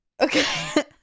okay